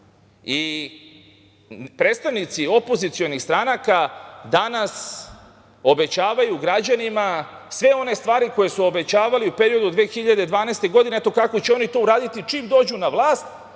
Predstavnici opozicionih stranaka danas obećavaju građanima sve one stvari koje su obećavali u periodu od 2012. godine i kako će oni to uraditi čim dođu na vlast,